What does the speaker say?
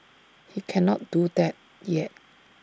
he cannot do that yet